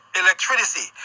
electricity